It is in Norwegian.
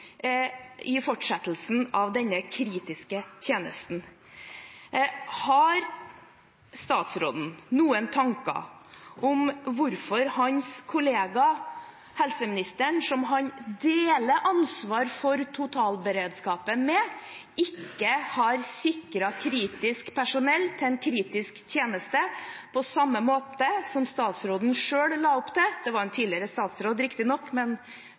i fortsettelsen av denne kritiske tjenesten. Har statsråden noen tanker om hvorfor hans kollega helseministeren, som han deler ansvaret for totalberedskapen med, ikke har sikret kritisk personell til en kritisk tjeneste på samme måte som statsråden selv la opp til? Det var en tidligere statsråd,